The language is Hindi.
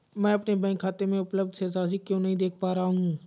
मैं अपने बैंक खाते में उपलब्ध शेष राशि क्यो नहीं देख पा रहा हूँ?